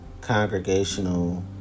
congregational